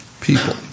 people